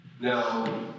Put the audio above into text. Now